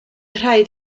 rhaid